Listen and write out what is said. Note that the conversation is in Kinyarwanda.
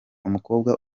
umukobwa